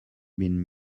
bin